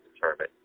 determine